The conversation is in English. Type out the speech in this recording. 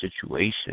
situation